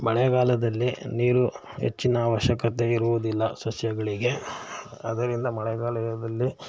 ಮಳೆಗಾಲದಲ್ಲಿ ನೀರು ಹೆಚ್ಚಿನ ಅವಶ್ಯಕತೆ ಇರುವುದಿಲ್ಲ ಸಸ್ಯಗಳಿಗೆ ಅದರಿಂದ ಮಳೆಗಾಲದಲ್ಲಿ